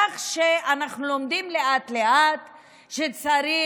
כך שאנחנו לומדים לאט-לאט שצריך,